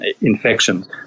infections